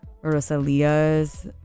Rosalia's